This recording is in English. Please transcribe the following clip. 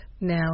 now